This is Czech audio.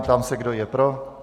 Ptám se, kdo je pro.